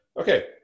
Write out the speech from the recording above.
Okay